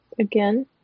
again